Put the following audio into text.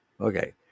Okay